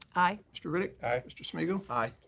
aye. mr. riddick. aye. mr. smigiel. aye.